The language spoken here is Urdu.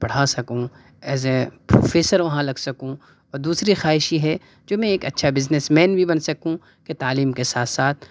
پڑھا سکوں ایز اے پروفیسر وہاں لگ سکوں اور دوسری خواہش یہ ہے جو میں ایک اچھا بزنس مین بھی بن سکوں کہ تعلیم کے ساتھ ساتھ